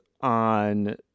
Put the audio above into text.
on